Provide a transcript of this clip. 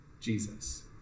Jesus